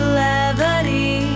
levity